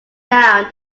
down